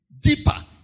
deeper